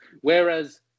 Whereas